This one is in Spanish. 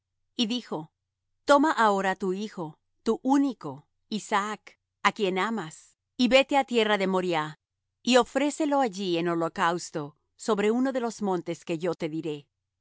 y dijo toma ahora tu hijo tu único isaac á quien amas y vete á tierra de moriah y ofrécelo allí en holocausto sobre uno de los montes que yo te diré